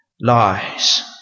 Lies